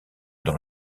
dans